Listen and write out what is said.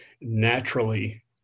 naturally